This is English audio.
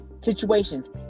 situations